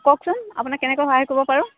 কওকচোন আপোনাক কেনেকৈ সহায় কৰিব পাৰোঁ